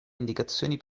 indicazioni